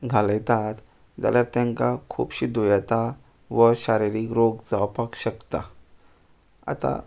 घालयतात जाल्या तांकां खुबशीं दुयेंतां व शारिरीक रोग जावपाक शकता आतां